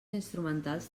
instrumentals